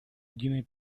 единой